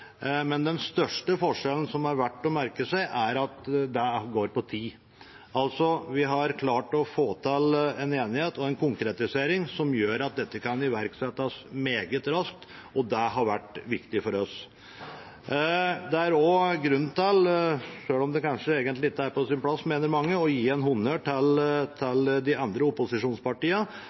men den største forskjellen som det er verdt å merke seg, er det som går på tid. Vi har klart å få til en enighet og en konkretisering som gjør at dette kan iverksettes meget raskt – og det har vært viktig for oss. Det er også grunn til – selv om mange kanskje mener det ikke er på sin plass – å gi honnør til de andre opposisjonspartiene,